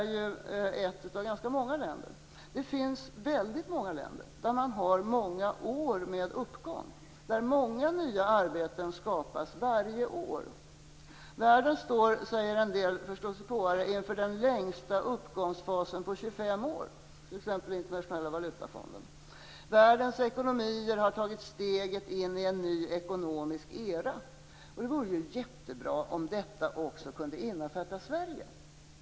Det finns många länder där man haft flera år av uppgång och där många nya arbeten skapas varje år. En del förståsigpåare, t.ex. i Internationella valutafonden, säger att världen står inför den längsta uppgångsfasen på 25 år. Världens ekonomier har tagit steget in i en ny ekonomisk era. Det vore ju jättebra om detta också kunde innefatta Sverige.